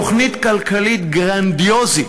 תוכנית כלכלית גרנדיוזית,